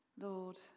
Lord